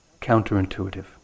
counterintuitive